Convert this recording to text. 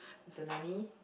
the nani